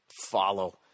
follow